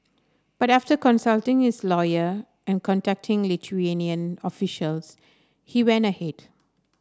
but after consulting his lawyer and contacting Lithuanian officials he went ahead